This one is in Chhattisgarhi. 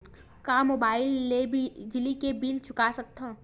का मुबाइल ले बिजली के बिल चुका सकथव?